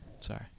Sorry